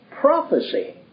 prophecy